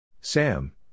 Sam